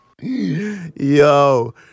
Yo